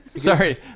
Sorry